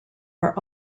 are